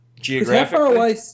geographically